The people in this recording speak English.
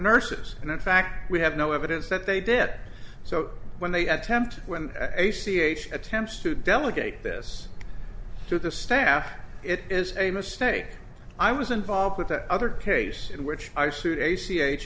nurses and in fact we have no evidence that they did so when they attempt when a c h attempts to delegate this to the staff it is a mistake i was involved with the other case in which i sued a